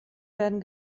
werden